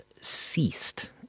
ceased